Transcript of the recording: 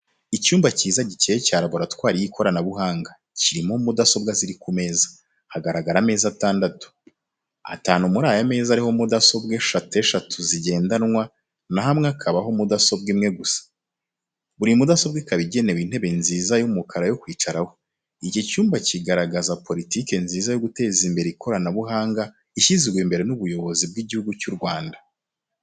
Icyumba cyiza, gikeye cya laboratwari y'ikoranabuhanga. Kirimo mudasobwa ziri ku meza. Haragaragara ameza atandatu. Atanu muri aya meza ariho mudasobwa eshatu eshatu zigendanwa, naho amwe akabaho mudasobwa imwe gusa. Buri mudasobwa ikaba igenewe intebe nziza y'umukara yo kwicaraho. Iki cyumba kiragaragaza politiki nziza yo guteza imbere ikoranabuhanga ishyizwe imbere n'ubuyobozi bw'igihugu cy'u Rwanda.